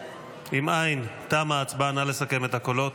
אם אין, תמה ההצבעה, נא לסכם את הקולות.